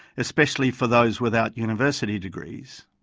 especially for those without university degrees.